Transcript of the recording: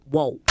Whoa